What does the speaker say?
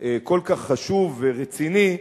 כל כך חשוב ורציני,